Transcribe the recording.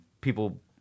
people